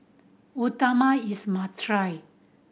uthapam is must try